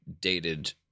dated